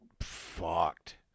Fucked